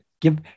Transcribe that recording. Give